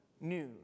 news